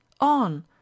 on